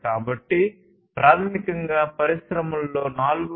కాబట్టి ప్రాథమికంగా పరిశ్రమలో 4